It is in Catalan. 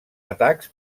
atacs